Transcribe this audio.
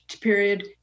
period